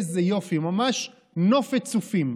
איזה יופי, ממש נופת צופים.